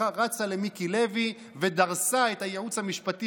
היא רצה למיקי לוי ודרסה את הייעוץ המשפטי